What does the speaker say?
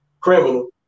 criminal